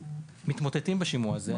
שמתמוטטים בשימוע הזה,